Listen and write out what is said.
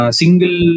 single